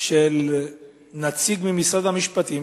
של נציג ממשרד המשפטים,